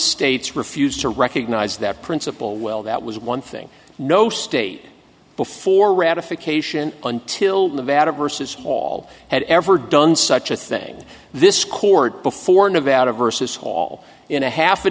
states refuse to recognize that principle well that was one thing no state before ratification until nevada versus hall had ever done such a thing this court before nevada versus hall in a half a